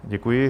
Děkuji.